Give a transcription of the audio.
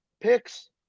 picks